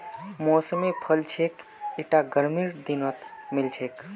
मौसमी फल छिके ईटा गर्मीर दिनत मिल छेक